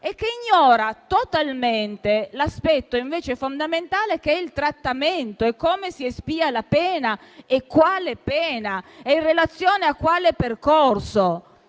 che ignora totalmente l'aspetto fondamentale che è quello del trattamento: come si espia la pena, quale pena e in relazione a quale percorso.